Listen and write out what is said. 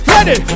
Ready